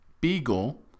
Beagle